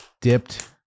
dipped